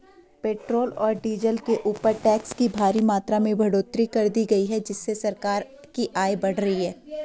petrol और diesel के ऊपर टैक्स की भारी मात्रा में बढ़ोतरी कर दी गई है जिससे सरकार की आय बढ़ रही है